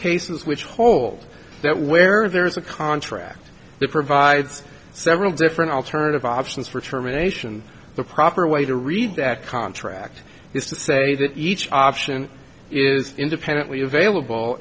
cases which hold that where there is a contract that provides several different alternative options for termination the proper way to read that contract is to say that each option is independently available